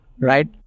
Right